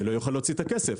אני לא אוכל להוציא את הכסף,